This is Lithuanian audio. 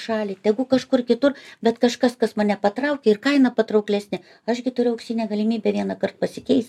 šalį tegu kažkur kitur bet kažkas kas mane patraukė ir kaina patrauklesnė aš gi turiu auksinę galimybę vienąkart pasikeist